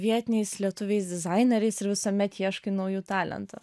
vietiniais lietuviais dizaineriais ir visuomet ieškai naujų talentų